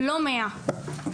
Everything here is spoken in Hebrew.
לא מאה.